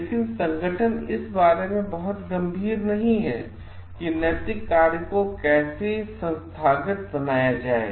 लेकिन संगठन इस बारे में बहुत गंभीर नहीं है कि नैतिक कार्य को कैसे संस्थागत बनाया जाए